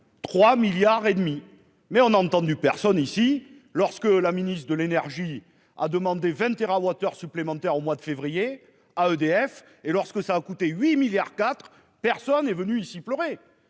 3 milliards et demi. Mais on a entendu, personne ici lorsque la ministre de l'énergie a demandé 20 TWh supplémentaires au mois de février à EDF et lorsque ça a coûté 8 milliards R4 personne est venu ici pleurer.